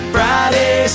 Friday